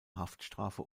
haftstrafe